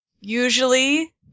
Usually